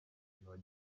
mukino